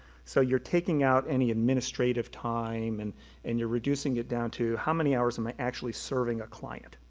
so you're taking out any administrative time and and you're reducing it down to how many hours am i actually serving a client.